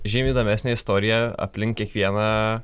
žymiai įdomesnė istorija aplink kiekvieną